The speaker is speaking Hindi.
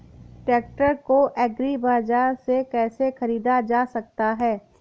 ट्रैक्टर को एग्री बाजार से कैसे ख़रीदा जा सकता हैं?